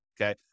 okay